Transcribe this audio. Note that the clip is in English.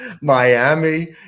Miami